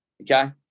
okay